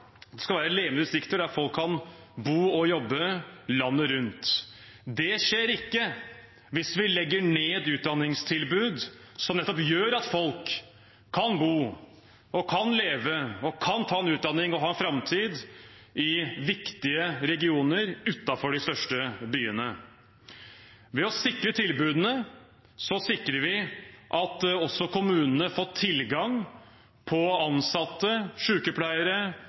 det skal være levende distrikter, at folk kan bo og jobbe landet rundt. Det skjer ikke hvis vi legger ned utdanningstilbud som nettopp gjør at folk kan bo og leve, og kan ta en utdanning og ha en framtid i viktige regioner utenfor de største byene. Ved å sikre tilbudene sikrer vi at også kommunene får tilgang på ansatte